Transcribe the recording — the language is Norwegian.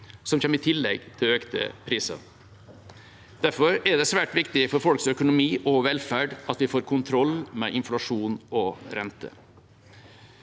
som kommer i tillegg til økte priser. Derfor er det svært viktig for folks økonomi og velferd at vi får kontroll med inflasjon og renter.